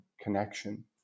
connection